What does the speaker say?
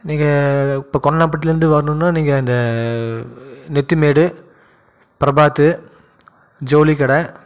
நீங்கள் இப்போது கொன்னமாப்பட்டியில் இருந்து வரணும்னா நீங்கள் இந்த நெத்திமேடு பிரபாத்து ஜவுளிக்கட